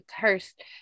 cursed